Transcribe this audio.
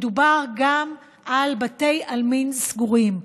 מדובר גם על בתי עלמין סגורים,